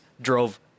drove